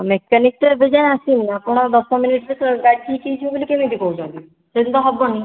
mechanic ତ ଏବେ ଯାଏଁ ଆସିନି ଆପଣ ଦଶ ମିନିଟରେ ତ ଗାଡ଼ି ଠିକ୍ ହେଇଯିବ ବୋଲି କେମିତି କହୁଛନ୍ତି ସେମିତି ତ ହେବନି